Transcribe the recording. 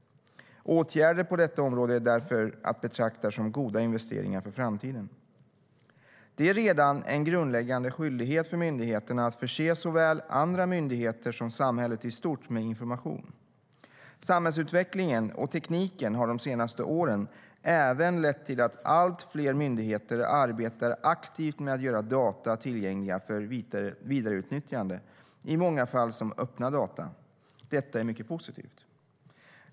Åtgärder på detta område är därför att betrakta som goda investeringar för framtiden. Det är redan en grundläggande skyldighet för myndigheterna att förse såväl andra myndigheter som samhället i stort med information. Samhällsutvecklingen och tekniken har de senaste åren även lett till att allt fler myndigheter arbetar aktivt med att göra data tillgängliga för vidareutnyttjande, i många fall som öppna data. Detta är mycket positivt.